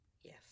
Yes